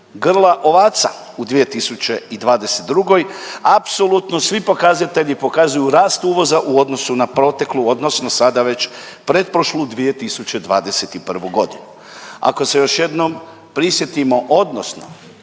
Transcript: grla ovaca u 2022., apsolutno svi pokazatelji pokazuju rast uvoza u odnosu na proteklu odnosno sada već pretprošlu 2021.g.. Ako se još jednom prisjetimo odnosno